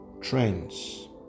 Trends